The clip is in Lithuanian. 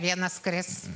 vienas kris